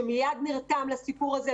שמיד נרתם לסיפור הזה.